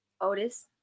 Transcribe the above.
Otis